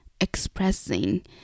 expressing